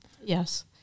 Yes